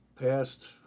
past